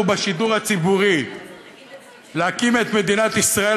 בשידור הציבורי להקים את מדינת ישראל,